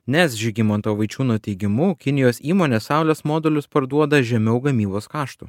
nes žygimanto vaičiūno teigimu kinijos įmonės saulės modulius parduoda žemiau gamybos kaštų